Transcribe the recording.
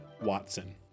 Watson